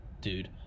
dude